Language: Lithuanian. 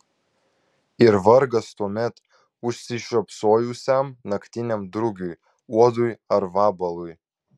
ir vargas tuomet užsižiopsojusiam naktiniam drugiui uodui ar vabalui